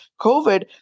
COVID